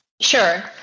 Sure